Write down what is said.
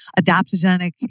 adaptogenic